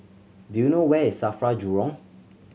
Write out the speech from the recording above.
do you know where is SAFRA Jurong